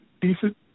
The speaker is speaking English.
decent